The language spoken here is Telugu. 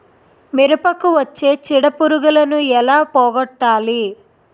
మిరపకు వచ్చే చిడపురుగును ఏల పోగొట్టాలి?